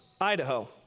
Idaho